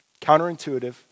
Counterintuitive